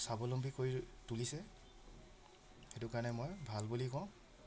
স্বাৱলম্বী কৰি তুলিছে সেইটো কাৰণে মই ভাল বুলি কওঁ